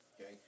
okay